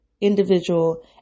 Individual